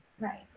Right